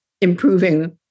improving